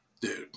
dude